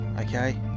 okay